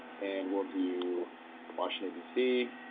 and we'll do washington d c.